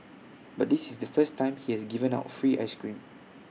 but this is the first time he has given out free Ice Cream